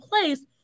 place